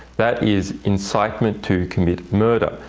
that is incitement to commit murder.